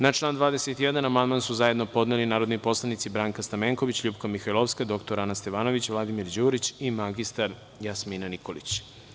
Na član 21. amandman su zajedno podneli narodni poslanici Branka Stamneković, LJupka Mihajloviska, dr Ana Stevanović, Vladimir Đurić i mr Jasmina Nikolić.